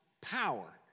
power